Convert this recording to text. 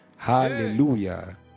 hallelujah